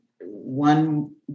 one